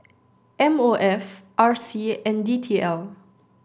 M O F R C and D T L